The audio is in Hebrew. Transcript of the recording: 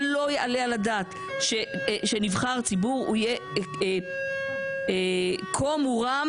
אבל לא יעלה על הדעת שנבחר ציבור יהיה כה מורם